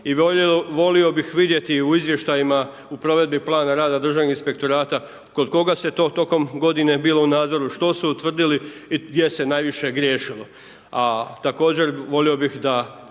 i volio bih vidjeti u izvještajima u provedbi plana rada Državnog inspektorata kod koga s to tokom godine bilo u nadzoru, što su utvrdili i gdje se najviše griješilo a također volio bih da